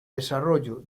desarrollo